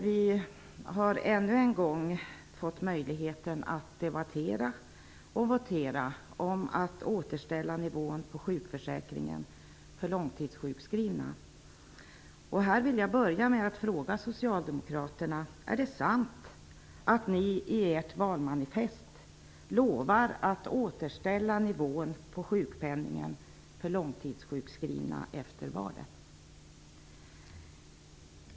Vi har ännu en gång fått möjligheten att debattera och votera om att återställa nivån på sjukförsäkringen för långtidssjukskrivna. Här vill jag börja med att fråga socialdemokraterna: Är det sant att ni i ert valmanifest lovar att återställa nivån på sjukpenningen för långtidssjukskrivna efter valet?